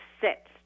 sit